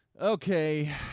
okay